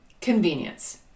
convenience